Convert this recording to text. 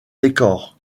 décor